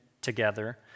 Together